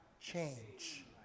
change